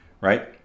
right